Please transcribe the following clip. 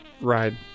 ride